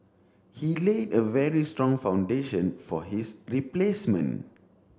he laid a very strong foundation for his replacement